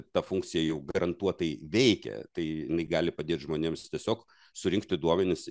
ta funkcija jau garantuotai veikia tai jinai gali padėt žmonėms tiesiog surinkti duomenis